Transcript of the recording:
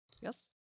Yes